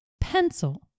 pencil